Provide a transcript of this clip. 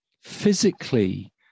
physically